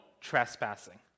trespassing